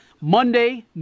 Monday